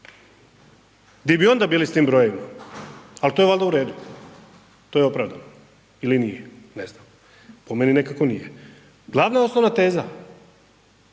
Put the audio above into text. Gdje bi onda bili s tim brojevima? Ali to je valjda u redu, to je opravdano. Ili nije, ne znam, po meni nekako nije. Glavna osnovna teza